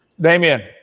Damien